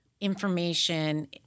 information